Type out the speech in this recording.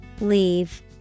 Leave